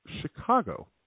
Chicago